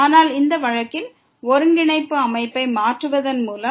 ஆனால் இந்த வழக்கில் ஒருங்கிணைப்பு அமைப்பை மாற்றுவதன் மூலம்